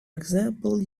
example